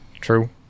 True